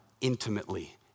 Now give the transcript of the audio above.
intimately